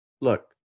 look